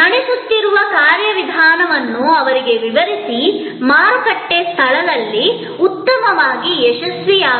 ನಡೆಸುತ್ತಿರುವ ಕಾರ್ಯವಿಧಾನವನ್ನು ಅವರಿಗೆ ವಿವರಿಸಿ ಮಾರುಕಟ್ಟೆ ಸ್ಥಳದಲ್ಲಿ ಉತ್ತಮವಾಗಿ ಯಶಸ್ವಿಯಾಗಬಹುದು